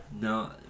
no